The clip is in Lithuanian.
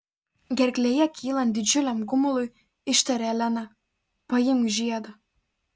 gerklėje kylant didžiuliam gumului ištarė elena paimk žiedą